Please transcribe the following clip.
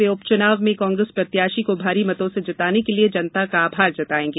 वे उपचुनाव में कांग्रेस प्रत्याषी को भारी मतों से जिताने के लिए जनता का आभार जताएंगे